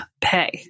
pay